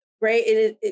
right